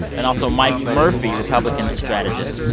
and also mike murphy, republican strategist.